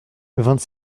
vingt